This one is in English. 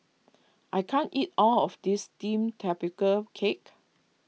I can't eat all of this Steamed Tapioca Cake